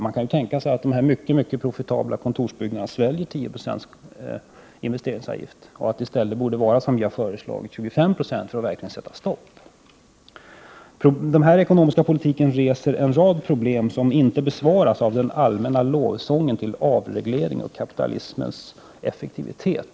Man kan ju tänka sig att de här mycket profitabla kontorsbyggnaderna sväljer 10 96 investeringsavgift och att investeringsavgiften i stället borde vara, som vi har föreslagit, 25 Fo för att verkligen sätta stopp. Herr talman! Den här ekonomiska politiken reser en rad frågor som inte besvaras av den allmänna lovsången, till avreglering och kapitalismens effektivitet.